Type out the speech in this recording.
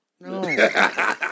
No